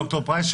ד"ר פרייס,